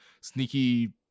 sneaky